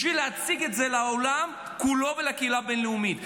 בשביל להציג את זה לעולם כולו ולקהילה הבין-לאומית?